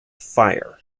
fire